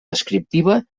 descriptiva